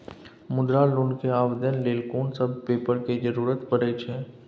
मुद्रा लोन के आवेदन लेल कोन सब पेपर के जरूरत परै छै?